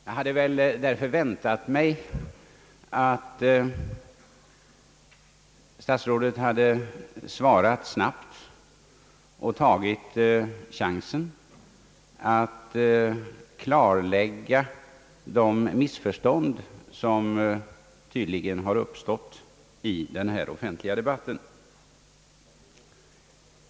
Jag hade därför väntat mig att statsrådet skulle ha svarat snabbt och tagit tillfället i akt att klarlägga de missförstånd som tydligen har uppstått i den offentliga debatten.